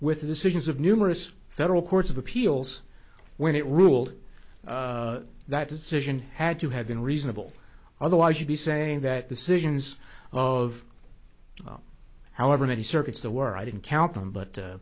with the decisions of numerous federal courts of appeals when it ruled that decision had to have been reasonable otherwise you'd be saying that decisions of however many circuits the were i didn't count them but